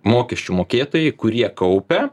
mokesčių mokėtojai kurie kaupia